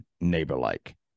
neighbor-like